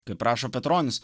kaip rašo